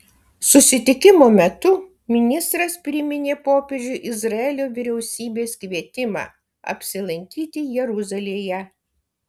susitikimo metu ministras priminė popiežiui izraelio vyriausybės kvietimą apsilankyti jeruzalėje